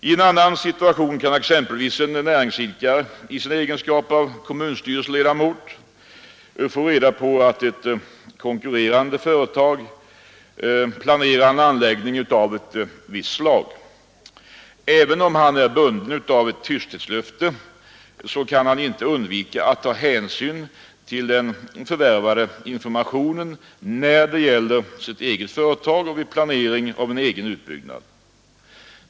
I en annan situation kan exempelvis en näringsidkare i sin egenskap av kommunstyrelseledamot få reda på att ett konkurrerande företag planerar en anläggning av ett visst slag. Även om han är bunden av ett tysthetslöfte, kan han inte undvika att ta hänsyn till den förvärvade informationen när det gäller att planera en utbyggnad av det egna företaget.